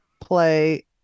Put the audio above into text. play